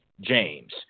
james